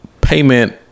Payment